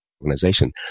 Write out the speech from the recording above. organization